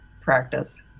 practice